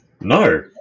No